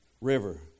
River